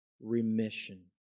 remission